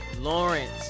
Lawrence